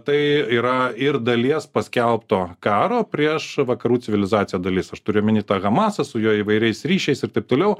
tai yra ir dalies paskelbto karo prieš vakarų civilizaciją dalis aš turiu omeny tą hamas su juo įvairiais ryšiais ir taip toliau